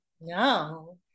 no